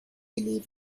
believe